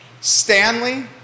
Stanley